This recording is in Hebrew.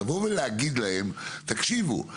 לבוא ולהגיד להם: תקשיבו,